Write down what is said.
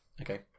okay